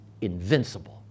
invincible